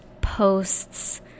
posts